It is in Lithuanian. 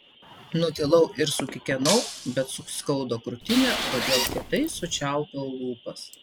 nutilau ir sukikenau bet suskaudo krūtinę todėl kietai sučiaupiau lūpas